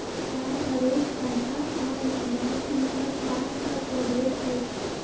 चाभ, हरोथ, कंटहा आ लठबाँस ई सब बाँसक प्रभेद अछि